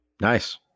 Nice